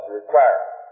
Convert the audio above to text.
required